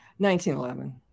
1911